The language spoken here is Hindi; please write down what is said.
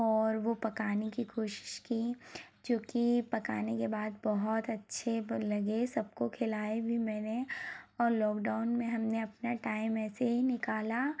और वो पकाने की कोशिश की जो कि पकाने के बाद बहुत अच्छे पर लगे सबको खिलाये भी मैंने और लॉकडाउन में हमने अपना टाइम ऐसे ही निकला